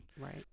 Right